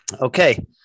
Okay